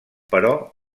però